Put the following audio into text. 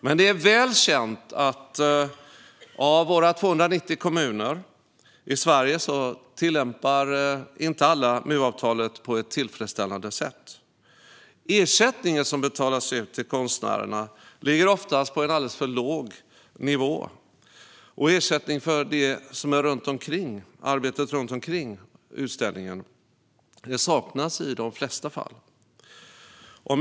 Det är dock väl känt att av Sveriges 290 kommuner är det inte alla som tillämpar MU-avtalet på ett tillfredsställande sätt. Ersättningen som betalas ut till konstnärerna ligger oftast på en alldeles för låg nivå. Och ersättning för arbetet runt omkring utställningar saknas i de flesta fall.